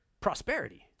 prosperity